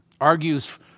argues